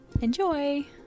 Enjoy